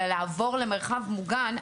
אלא לעבור למרחב מוגן,